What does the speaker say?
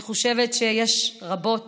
אני חושבת שיש רבות